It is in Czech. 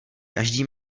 každý